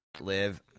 live